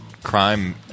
Crime